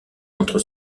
entre